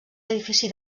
edifici